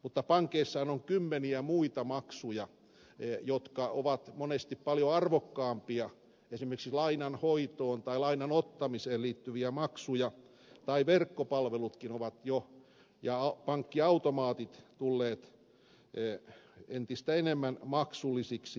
mutta pankeissahan on kymmeniä muita maksuja jotka ovat monesti paljon arvokkaampia esimerkiksi lainanhoitoon tai lainan ottamiseen liittyviä maksuja ja verkkopalvelutkin ja pankkiautomaatit ovat jo tulleet entistä enemmän maksullisiksi